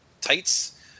tights